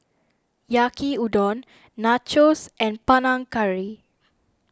Yaki Udon Nachos and Panang Curry